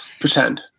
pretend